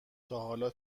تاحالا